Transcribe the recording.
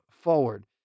forward